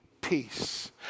peace